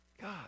God